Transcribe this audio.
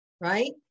right